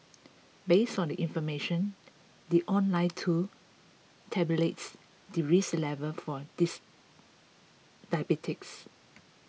based on the information the online tool tabulates the risk level for this diabetes